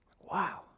Wow